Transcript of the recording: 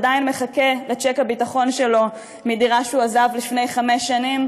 עדיין מחכה לצ'ק הביטחון שלו מדירה שהוא עזב לפני חמש שנים.